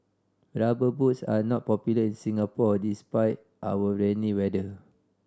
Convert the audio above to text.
Rubber Boots are not popular in Singapore despite our rainy weather